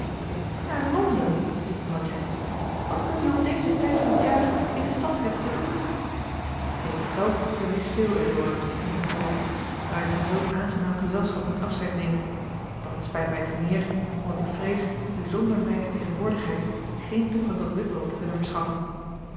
naar londen riep mevrouw jennings wat kunt u om dezen tijd van het jaar in de stad hebben te doen ik zelf verlies veel erdoor ging hij voort daar ik van zulk aangenaam gezelschap moet afscheid nemen doch het spijt mij te meer omdat ik vrees u zonder mijne tegenwoordigheid geen toegang tot whitwell te kunnen verschaffen